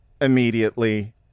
immediately